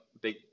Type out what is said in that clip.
big